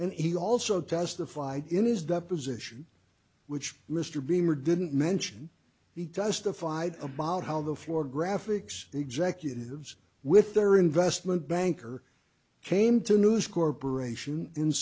and he also testified in his deposition which mr beamer didn't mention he testified about how the floor graphics executives with their investment banker came to news corp